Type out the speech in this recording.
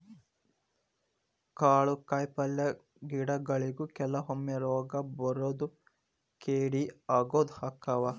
ಕಾಳು ಕಾಯಿಪಲ್ಲೆ ಗಿಡಗೊಳಿಗು ಕೆಲವೊಮ್ಮೆ ರೋಗಾ ಬರುದು ಕೇಡಿ ಆಗುದು ಅಕ್ಕಾವ